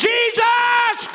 Jesus